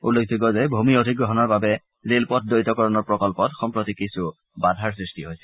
উল্লেখযোগ্য যে ভূমি অধিগ্ৰহণৰ বাবে ৰে লপথ দ্বৈতকৰণৰ প্ৰকল্পত সম্প্ৰতি কিছু বাধাৰ সৃষ্টি হৈছে